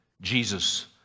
Jesus